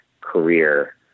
career